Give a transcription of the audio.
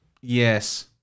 yes